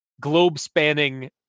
Globe-spanning